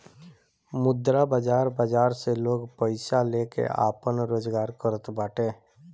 मुद्रा बाजार बाजार से लोग पईसा लेके आपन रोजगार करत बाटे